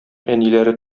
әниләре